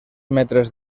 metres